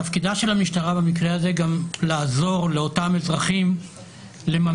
תפקידה של המשטרה במקרה הזה גם לעזור לאותם אזרחים לממש